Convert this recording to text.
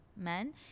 men